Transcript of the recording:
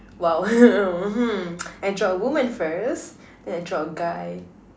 !wow! hmm I draw a woman first then I draw a guy